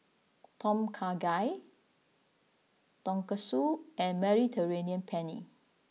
Tom Kha Gai Tonkatsu and Mediterranean Penne